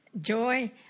joy